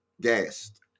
gassed